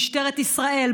משטרת ישראל,